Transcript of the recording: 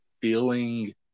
feeling